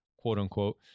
quote-unquote